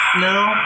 No